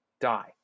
die